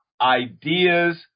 ideas